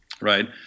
Right